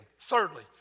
Thirdly